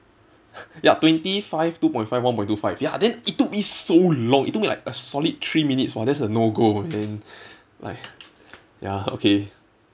ya twenty five two point five one point two five ya then it took me so long it took me like a solid three minutes !wah! that's a no go then like ya okay